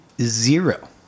Zero